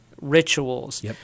rituals